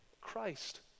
Christ